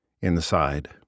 inside